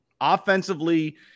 offensively